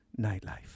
Nightlife